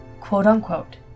quote-unquote